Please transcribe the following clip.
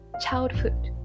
childhood